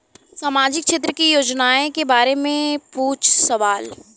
सामाजिक क्षेत्र की योजनाए के बारे में पूछ सवाल?